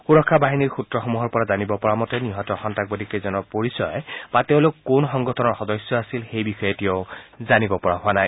সুৰক্ষা বাহিনীৰ সুত্ৰসমূহৰ পৰা জানিব পৰা মতে নিহত সন্নাসবাদীকেইজনৰ পৰিচয় বা তেওঁলোক কোন সংগঠনৰ সদস্য আছিল সেই বিষয়ে এতিয়াও জানিব পৰা হোৱা নাই